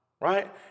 right